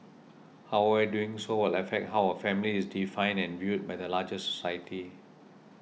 however doing so will affect how a family is defined and viewed by the larger society